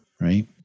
right